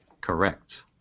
Correct